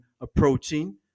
approaching